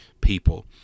people